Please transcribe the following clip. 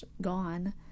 gone